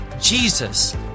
Jesus